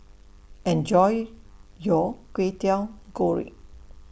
Enjoy your Kwetiau Goreng